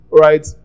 right